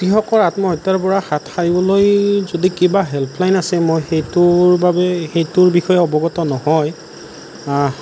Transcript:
কৃষকৰ আত্মহত্যাৰ পৰা হাত সাৰিবলৈ যদি কিবা হেল্পলাইন আছে মই সেইটোৰ বাবে সেইটোৰ বিষয়ে অৱগত নহয়